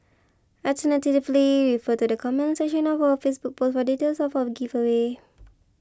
alternatively refer to the comments section of our Facebook post for details of our giveaway